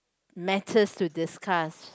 matters to discuss